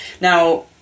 Now